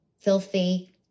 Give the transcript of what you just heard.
filthy